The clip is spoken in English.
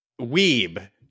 Weeb